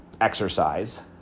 exercise